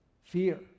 Fear